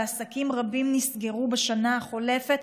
ועסקים רבים נסגרו בשנה החולפת.